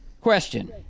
Question